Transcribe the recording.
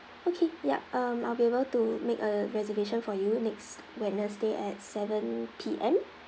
okay yup um I'll be able to make a reservation for you next wednesday at seven P_M